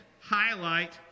highlight